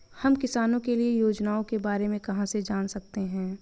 हम किसानों के लिए योजनाओं के बारे में कहाँ से जान सकते हैं?